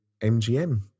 MGM